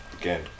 again